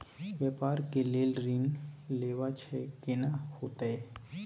व्यापार के लेल ऋण लेबा छै केना होतै?